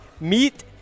meet